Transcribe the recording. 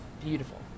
beautiful